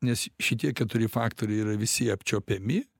nes šitie keturi faktoriai yra visi apčiuopiami